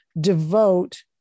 devote